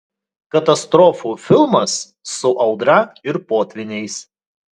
katastrofų filmas su audra ir potvyniais